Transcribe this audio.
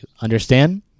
Understand